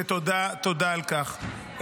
ותודה, תודה על כך.